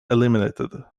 eliminated